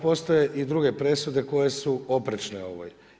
Postoje i druge presude koje su oprečne ovoj.